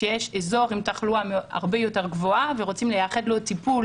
כשיש אזור עם תחלואה הרבה יותר גבוהה ורוצים לייחד לו טיפול